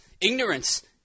Ignorance